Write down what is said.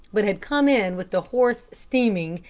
but had come in with the horse steaming,